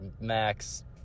Max